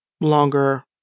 longer